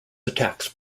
attacks